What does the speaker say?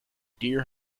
deer